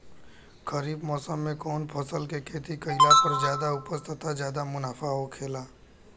खरीफ़ मौसम में कउन फसल के खेती कइला पर ज्यादा उपज तथा ज्यादा मुनाफा होखेला?